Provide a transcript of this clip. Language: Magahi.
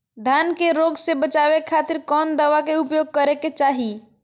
धान के रोग से बचावे खातिर कौन दवा के उपयोग करें कि चाहे?